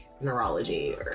neurology